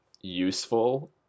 useful